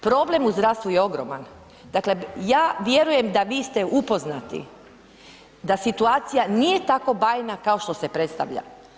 Problem u zdravstvu je ogroman, dakle, ja vjerujem da vi ste upoznati da situacija nije tako bajna kao što se predstavlja.